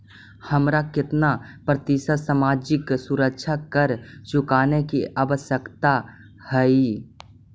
हमारा केतना प्रतिशत सामाजिक सुरक्षा कर चुकाने की आवश्यकता हई